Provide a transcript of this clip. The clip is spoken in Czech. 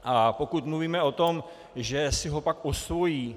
A pokud mluvíme o tom, že si ho pak osvojí.